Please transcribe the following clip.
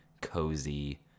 cozy